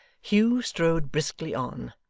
hugh strode briskly on,